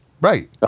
Right